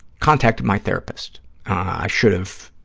contacted my therapist. i should have